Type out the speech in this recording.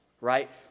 Right